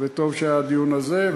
וטוב שהיה הדיון הזה,